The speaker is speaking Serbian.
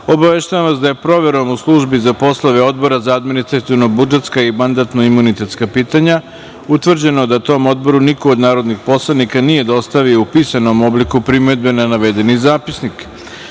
sednice. Obaveštavam vas da je proverom u Službi za poslove Odbora za administrativno-budžetska i mandatno-imunitetska pitanja utvrđeno da tom Odboru niko od narodnih poslanika nije dostavio u pisanom obliku primedbe na navedeni Zapisnik. Prelazimo